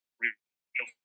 real